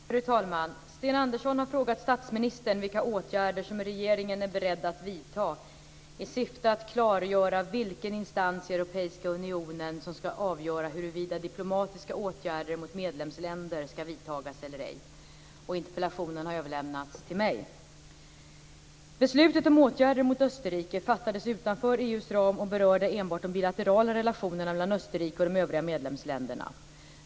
Fru talman! Sten Andersson har frågat statsministern vilka åtgärder regeringen är beredd att vidta i syfte att klargöra vilken instans i Europeiska unionen som ska avgöra huruvida diplomatiska åtgärder mot medlemsländer ska vidtas eller ej. Interpellationen har överlämnats till mig. Beslutet om åtgärder mot Österrike fattades utanför EU:s ram och berörde enbart de bilaterala relationerna mellan Österrike och de övriga medlemsländerna.